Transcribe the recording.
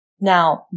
Now